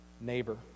neighbor